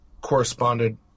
corresponded